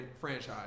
franchise